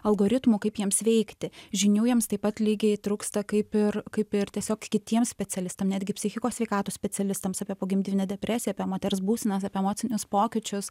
algoritmų kaip jiems veikti žinių jiems taip pat lygiai trūksta kaip ir kaip ir tiesiog kitiems specialistam netgi psichikos sveikatos specialistams apie pogimdyminę depresiją apie moters būsenas apie emocinius pokyčius